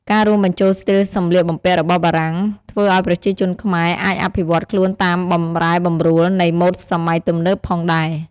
ការរួមបញ្ចូលស្ទីលសម្លៀកបំពាក់របស់បារាំងធ្វើឱ្យប្រជាជនខ្មែរអាចអភិវឌ្ឍខ្លួនតាមបម្រែបម្រួលនៃម៉ូដសម័យទំនើបផងដែរ។